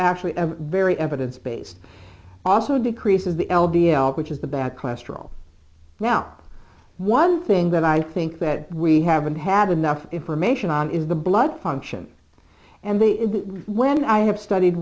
actually very evidence based also decreases the l d l which is the bad cholesterol now one thing that i think that we haven't had enough information on is the blood function and the when i have studied